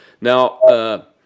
Now